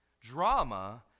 drama